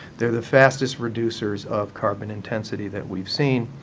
they're the fastest reducers of carbon intensity that we've seen.